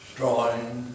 drawing